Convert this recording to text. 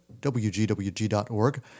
WGWG.org